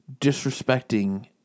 disrespecting